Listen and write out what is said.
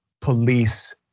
police